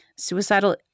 suicidal